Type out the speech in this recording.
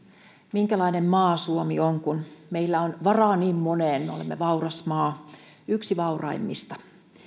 minkälainen maa suomi on kun meillä on varaa niin moneen olemme vauras maa yksi vauraimmista